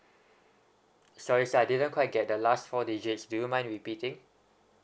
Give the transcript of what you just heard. sorry sir I didn't quite get the last four digits do you mind repeating